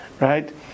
right